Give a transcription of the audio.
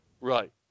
Right